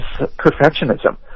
perfectionism